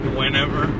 whenever